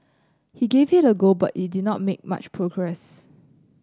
he gave it a go but it did not make much progress